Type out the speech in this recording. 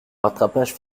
rattrapage